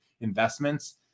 investments